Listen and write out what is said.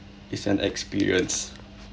it's an experience